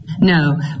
No